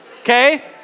okay